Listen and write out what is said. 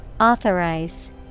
Authorize